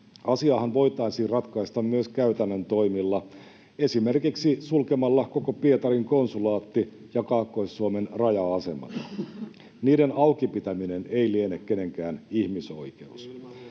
asiahan voitaisiin ratkaista myös käytännön toimilla, esimerkiksi sulkemalla koko Pietarin konsulaatti ja Kaakkois-Suomen raja-asema. Niiden auki pitäminen ei liene kenenkään ihmisoikeus.